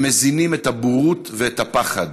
הם מזינים את הבורות ואת הפחד.